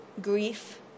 grief